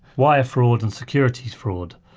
wire fraud and securities fraud.